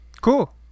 Cool